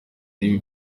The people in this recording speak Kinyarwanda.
n’ibi